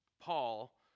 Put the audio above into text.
Paul